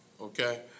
okay